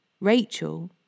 Rachel